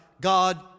God